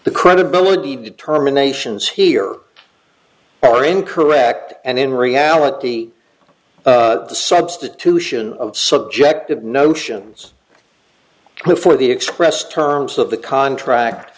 the credibility determinations here are incorrect and in reality the substitution of subjective notions before the expressed terms of the contract